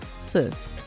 sis